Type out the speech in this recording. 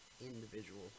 individual